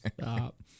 Stop